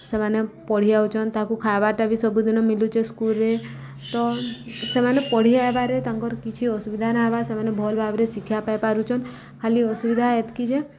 ସେମାନେ ପଢ଼ିଉଚନ୍ ତାକୁ ଖାଏବାଟା ବି ସବୁଦିନ ମିଲୁଚେ ସ୍କୁଲ୍ରେ ତ ସେମାନେ ପଢ଼ି ଆଏବାରେ ତାଙ୍କର୍ କିଛି ଅସୁବିଧା ନାଇହେବା ସେମାନେ ଭଲ୍ ଭାବ୍ରେ ଶିକ୍ଷା ପାଇପାରୁଚନ୍ ଖାଲି ଅସୁବିଧା ଏତ୍କି ଯେ